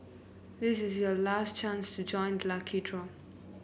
this is your last chance to join the lucky draw